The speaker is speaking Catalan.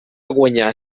guanyar